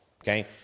okay